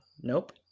Nope